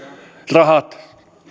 rahat